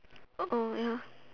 oh ya